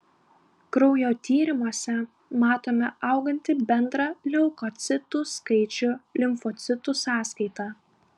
kraujo tyrimuose matome augantį bendrą leukocitų skaičių limfocitų sąskaita